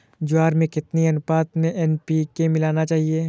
ज्वार में कितनी अनुपात में एन.पी.के मिलाना चाहिए?